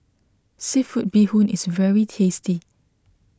Seafood Bee Hoon is very tasty